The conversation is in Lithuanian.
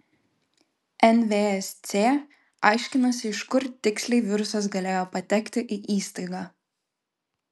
nvsc aiškinasi iš kur tiksliai virusas galėjo patekti į įstaigą